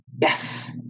yes